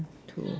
to